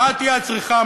מה תהיה הצריכה,